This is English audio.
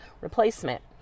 replacement